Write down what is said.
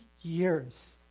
years